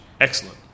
Excellent